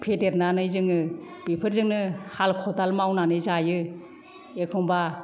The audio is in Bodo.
फेदेरनानै जोङो बेफोरजोंनो हाल खदाल मावनानै जायो एखमबा